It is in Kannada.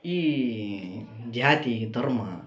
ಈ ಜಾತಿ ಧರ್ಮ